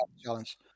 challenge